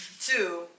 Two